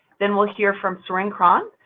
then we'll hear from soren krohn,